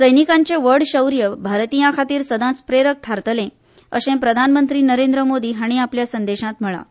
सैनिकांचें व्हड शौर्य भारतीयां खातीर सदांच प्रेरक थारतलें अशें प्रधानमंत्री नरेंद्र मोदी हांणी आपल्या संदेशांत म्हळां